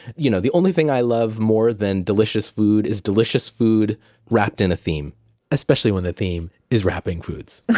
you know the only thing i love more than delicious food is delicious food wrapped in a theme. and especially when the theme is wrapping foods oh,